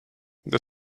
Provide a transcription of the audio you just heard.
the